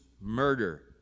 murder